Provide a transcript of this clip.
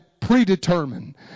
predetermined